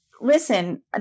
listen